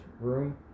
room